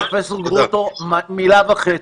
רק שנייה, פרופ' גרוטו, מילה וחצי.